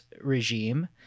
regime